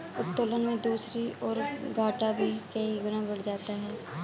उत्तोलन में दूसरी ओर, घाटा भी कई गुना बढ़ जाता है